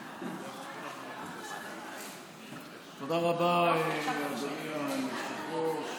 תודה רבה, אדוני היושב-ראש,